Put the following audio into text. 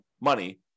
money